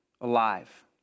alive